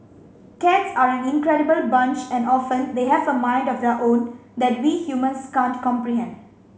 cats are an incredible bunch and often they have a mind of their own that we humans can't comprehend